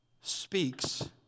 speaks